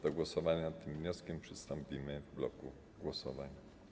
Do głosowania nad tym wnioskiem przystąpimy w bloku głosowań.